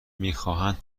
میخواهند